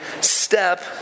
step